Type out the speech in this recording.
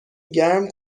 گرم